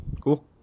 Cool